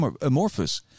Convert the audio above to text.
amorphous